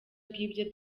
bw’ibyo